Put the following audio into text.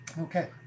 Okay